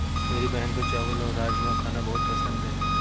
मेरी बहन को चावल और राजमा खाना बहुत पसंद है